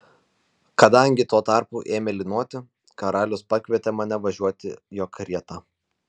kadangi tuo tarpu ėmė lynoti karalius pakvietė mane važiuoti jo karieta